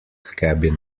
cabin